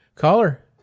Caller